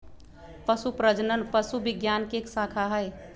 पशु प्रजनन पशु विज्ञान के एक शाखा हई